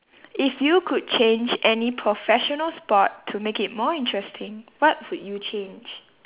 if you could change any professional sport to make it more interesting what would you change